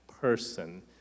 person